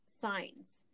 signs